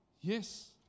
yes